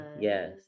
Yes